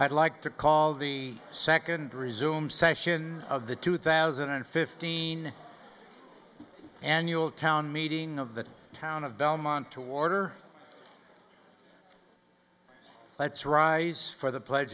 i'd like to call the second resume session of the two thousand and fifteen annual town meeting of the town of belmont to water let's rise for the pledge